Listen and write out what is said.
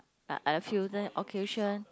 I I feel the occasion